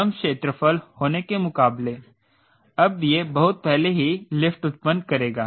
कम क्षेत्रफल होने के मुकाबले अब यह बहुत पहले ही लिफ्ट उत्पन्न करेगा